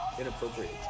inappropriate